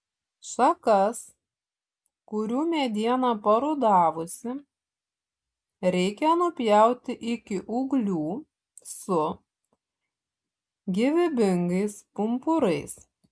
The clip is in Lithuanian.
šakas kurių mediena parudavusi reikia nupjauti iki ūglių su gyvybingais pumpurais